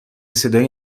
صدایی